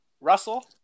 Russell